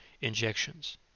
injections